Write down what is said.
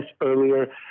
earlier